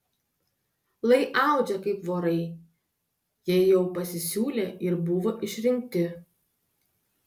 lai audžia kaip vorai jei jau pasisiūlė ir buvo išrinkti